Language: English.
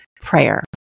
prayer